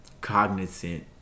Cognizant